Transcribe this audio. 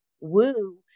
woo